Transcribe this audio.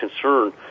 concern